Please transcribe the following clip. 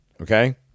okay